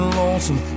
lonesome